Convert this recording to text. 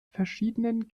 verschiedenen